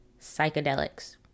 psychedelics